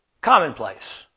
commonplace